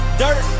dirt